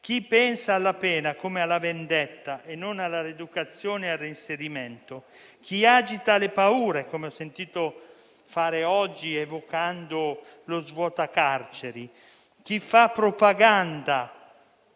Chi pensa alla pena come alla vendetta e non alla rieducazione e al reinserimento, chi agita le paure - come ho sentito fare oggi - evocando lo svuota-carceri, chi fa propaganda